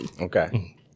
Okay